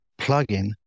plugin